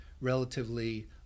relatively